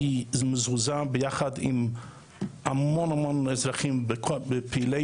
אני מזועזע יחד עם אזרחים רבים ופעילי